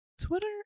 Twitter